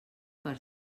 per